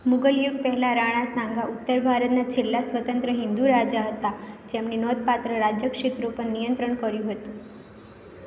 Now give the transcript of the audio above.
મુઘલ યુગ પહેલાં રાણા સાંગા ઉત્તર ભારતના છેલ્લા સ્વતંત્ર હિંદુ રાજા હતા જેમણે નોંધપાત્ર રાજ્ય ક્ષેત્રો પર નિયંત્રણ કર્યું હતું